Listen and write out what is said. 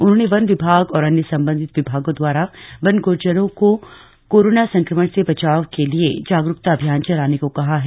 उन्होंने वन विभाग व अन्य सम्बन्धित विभागों द्वारा वन गुज्जरों को कोरोना संक्रमण से बचाव के लिए जागरूकता अभियान चलाने को कहा है